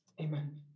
amen